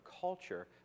culture